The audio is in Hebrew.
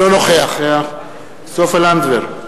אינו נוכח סופה לנדבר,